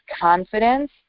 confidence